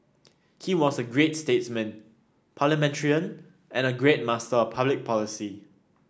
he was a great statesman parliamentarian and a great master of public policy